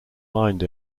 mined